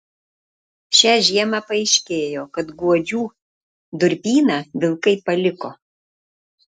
šią žiemą paaiškėjo kad guodžių durpyną vilkai paliko